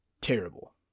Terrible